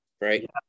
right